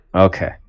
Okay